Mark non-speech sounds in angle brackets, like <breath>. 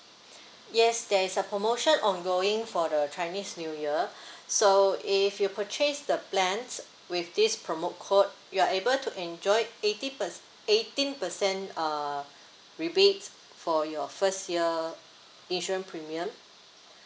<breath> yes there is a promotion ongoing for the chinese new year <breath> so if you purchase the plans with this promo code you are able to enjoy eighty perc~ eighteen per cent uh rebate for your first year insurance premium